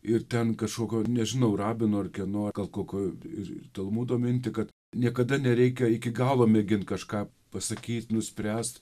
ir ten kažkokio nežinau rabino ar kieno gal kokio ir talmudo mintį kad niekada nereikia iki galo mėgint kažką pasakyt nuspręst